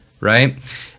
Right